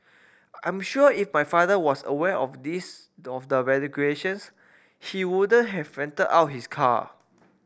I'm sure if my father was aware of this the of the regulations he wouldn't have rented out his car